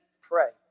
pray